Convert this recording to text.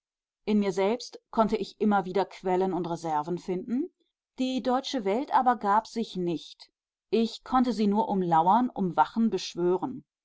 in mir selbst konnte ich immer wieder quellen und reserven finden die deutsche welt aber gab sich nicht ich konnte sie nur umlauern umwachen beschwören